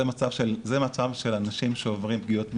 זה המצב של אנשים שעוברי פגיעות מיניות.